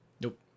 Nope